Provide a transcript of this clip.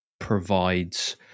provides